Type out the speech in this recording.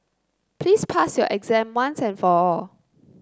please pass your exam once and for all